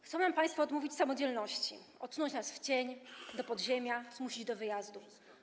Chcą nam państwo odmówić samodzielności, odsunąć nas w cień, do podziemia, zmusić do wyjazdu.